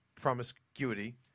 promiscuity